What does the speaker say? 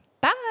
Bye